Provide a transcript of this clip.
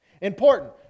Important